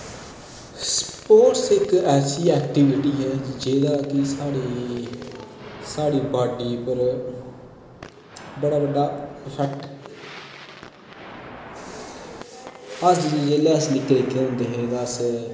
sports इक ऐसी activity ऐ कि जेह्दै कि साढ़ी साढ़ी बॉड्डी पर बड़ा बड्डा इफैक्ट अस जिसलै निक्के निक्के होंदे हे तां अस